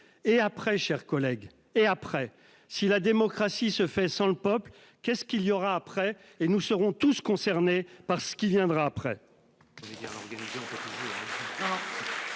et après, chers collègues. Et après si la démocratie se fait sans le peuple. Qu'est-ce qu'il y aura après. Et nous serons tous ceux concernés par ce qui viendra après.